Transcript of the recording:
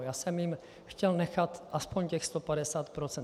Já jsem jim chtěl nechat aspoň těch 150 %.